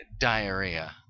diarrhea